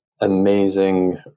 amazing